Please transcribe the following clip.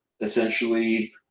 essentially